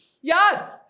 yes